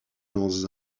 dans